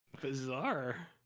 Bizarre